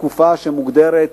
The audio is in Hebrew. לתקופה שמוגדרת